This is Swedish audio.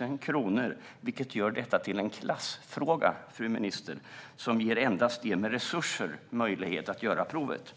000 kronor, vilket gör detta till en klassfråga, fru minister, som ger endast dem med resurser möjlighet att göra provet.